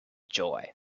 joy